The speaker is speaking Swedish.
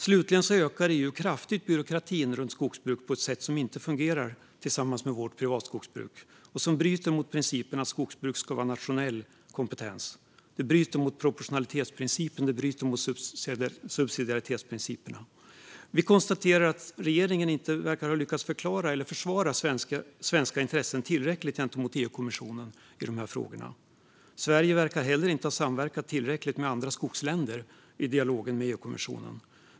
Slutligen ökar EU kraftigt byråkratin runt skogsbruk på ett sätt som inte fungerar tillsammans med vårt privatskogsbruk och som bryter mot principen att skogsbruk ska vara nationell kompetens, liksom mot proportionalitets och subsidiaritetsprinciperna. Vi konstaterar att regeringen inte verkar ha lyckats förklara eller försvara svenska intressen tillräckligt gentemot EU-kommissionen i dessa frågor. Sverige verkar heller inte ha samverkat tillräckligt med andra skogsländer i dialogen med EU-kommissionen.